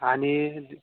आणि